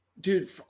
Dude